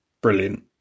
brilliant